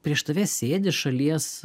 prieš tave sėdi šalies